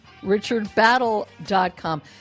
richardbattle.com